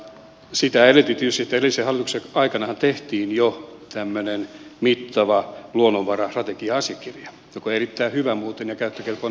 sitä edelsi tietysti se että edellisen hallituksen aikanahan jo tehtiin tämmöinen mittava luonnonvarastrategia asiakirja joka muuten on erittäin hyvä ja käyttökelpoinen edelleenkin